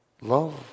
Love